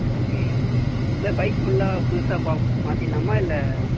okay இல்லை pipe ஃபுல்லாக புதுசாக மாற்றிட்லாமா இல்லை